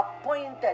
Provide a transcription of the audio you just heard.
appointed